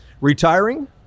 retiring